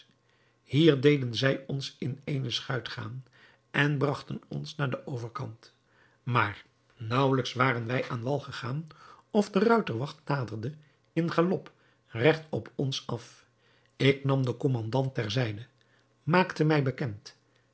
hier deden zij ons in eene schuit gaan en bragten ons naar den overkant maar naauwelijks waren wij aan wal gegaan of de ruiterwacht naderde in galop regt op ons af ik nam den kommandant ter zijde maakte mij bekend